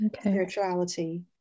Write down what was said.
spirituality